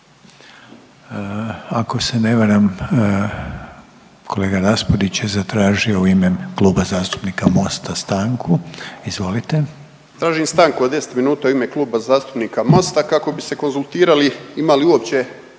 Ako se ne varam, kolega Raspudić je zatražio u ime Kluba zastupnika Mosta stanku. Izvolite. **Raspudić, Nino (Nezavisni)** Tražim stanku od 10 minuta u ime Kluba zastupnika Mosta kako bi se konzultirali ima li uopće